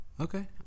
Okay